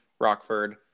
Rockford